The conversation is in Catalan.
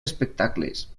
espectacles